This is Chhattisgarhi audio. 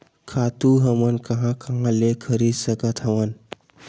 खातु हमन कहां कहा ले खरीद सकत हवन?